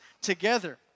together